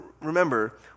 remember